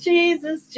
Jesus